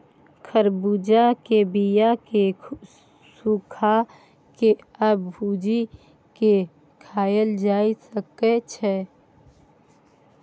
तरबुज्जा के बीया केँ सुखा के आ भुजि केँ खाएल जा सकै छै